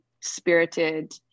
spirited